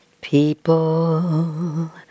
People